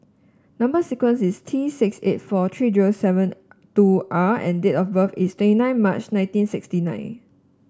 number sequence is T six eight four three zero seven two R and date of birth is twenty nine March nineteen sixty nine